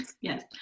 Yes